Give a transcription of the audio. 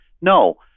no